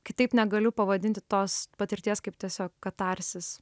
kitaip negaliu pavadinti tos patirties kaip tiesiog katarsis